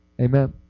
Amen